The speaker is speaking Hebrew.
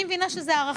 אני מבינה שזו הערכה.